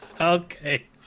Okay